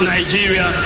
Nigeria